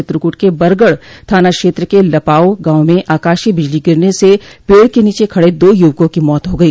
चित्रकूट के बरगढ़ थाना क्षेत्र के लपाव गांव में आकाशीय बिजली गिरने से पेड़ के नीचे खड़े दो यूवकों की मौत हो गई